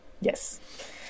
Yes